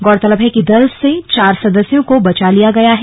गौरतलब है कि दल से चार सदस्यों को बचा लिया गया है